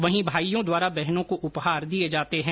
वहीं भाइयों द्वारा बहनों को उपहार दिए जाते हैं